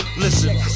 Listen